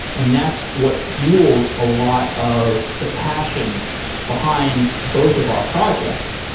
and that's what fuels a lot of the passion behind both of our projects.